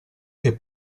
che